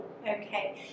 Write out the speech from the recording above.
Okay